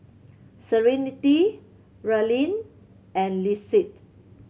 Serenity Raelynn and Lissette